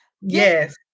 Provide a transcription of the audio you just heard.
yes